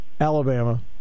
Alabama